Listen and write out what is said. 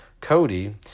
Cody